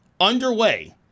underway